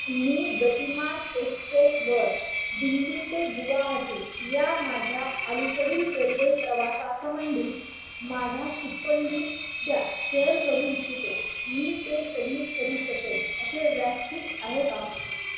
मी गतिमान एक्सप्रेसवर दिल्ली ते गुवाहाटी या माझ्या अलीकडील रेल्वे प्रवासासंबंधी माझा टिप्पणी त्या शेअर करू इच्छितो मी ते सबमिट करू शकेल असे व्यासपीठ आहे का